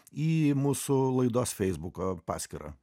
į mūsų laidos facebook paskyrą